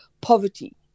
poverty